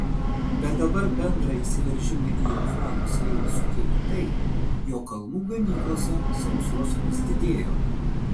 bet dabar bendrą įsiveržimą į eufrato slėnį sukėlė tai jog kalnų ganyklose sausros vis didėjo